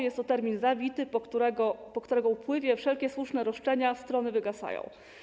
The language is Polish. Jest to termin zawity, po którego upływie wszelkie słuszne roszczenia strony wygasają.